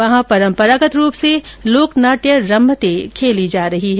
वहां परम्परागत रूप से लोकनाट्य रम्मतें खेली जा रही है